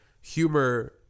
humor